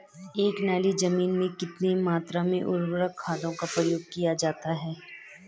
एक नाली जमीन में कितनी मात्रा में उर्वरक खादों का प्रयोग किया जाता है?